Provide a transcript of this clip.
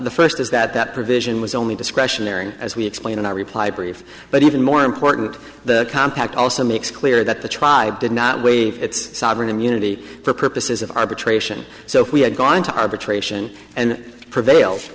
the first is that that provision was only discretionary as we explain and i reply brief but even more important the compact also makes clear that the tribe did not waive its sovereign immunity for purposes of arbitration so if we had gone to arbitration and prevail